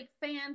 fans